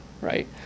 right